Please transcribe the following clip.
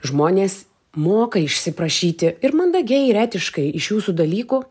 žmonės moka išsiprašyti ir mandagiai ir etiškai iš jūsų dalykų